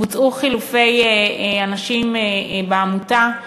בוצעו חילופי אנשים בעמותה,